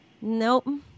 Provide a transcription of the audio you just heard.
nope